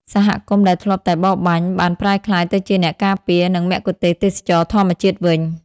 សហគមន៍ដែលធ្លាប់តែបរបាញ់ បានប្រែក្លាយទៅជាអ្នកការពារ និងមគ្គុទ្ទេសក៍ទេសចរណ៍ធម្មជាតិវិញ។